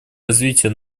развития